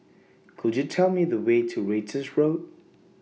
Could YOU Tell Me The Way to Ratus Road